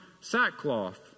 sackcloth